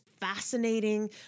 fascinating